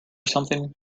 something